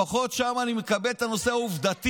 לפחות שם אני מקבל את הנושא העובדתי.